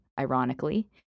ironically